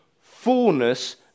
fullness